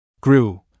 grew